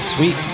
Sweet